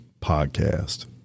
podcast